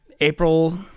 April